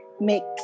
mix